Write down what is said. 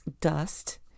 dust